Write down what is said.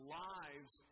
lives